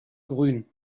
grün